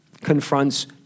confronts